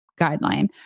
guideline